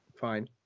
fine